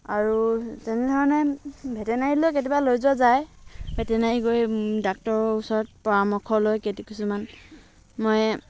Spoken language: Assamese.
আৰু তেনেধৰণে ভেটেনেৰিলৈ কেতিয়াবা লৈ যোৱা যায় ভেটেনাৰি গৈ ডাক্তৰৰ ওচৰত পৰামৰ্শ লৈ কিছুমান মই